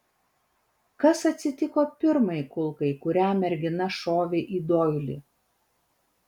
kas atsitiko pirmai kulkai kurią mergina šovė į doilį